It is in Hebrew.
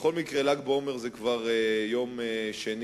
בכל מקרה ל"ג בעומר הוא ביום שני,